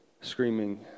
screaming